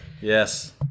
Yes